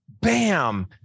bam